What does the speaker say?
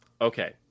okay